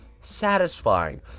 satisfying